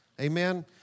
Amen